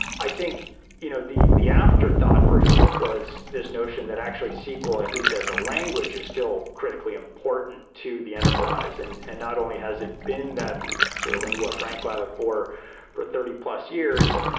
i think you know the the afterthought for hadoop was this notion that actually sql at least as a language is still critically important to the enterprise and and not only has it been that sort of lingua franca for for thirty plus years.